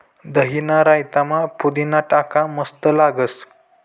दहीना रायतामा पुदीना टाका मस्त लागस